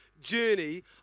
journey